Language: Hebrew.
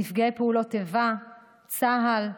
נפגעי פעולות איבה, צה"ל,